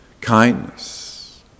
kindness